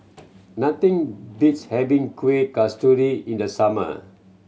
nothing beats having Kuih Kasturi in the summer